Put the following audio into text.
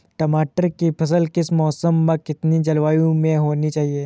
टमाटर की फसल किस मौसम व कितनी जलवायु में होनी चाहिए?